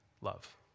Love